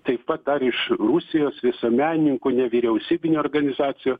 taip pat iš rusijos visuomenininkų nevyriausybinių organizacijų